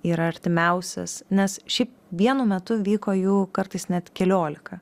yra artimiausias nes šiaip vienu metu vyko jų kartais net keliolika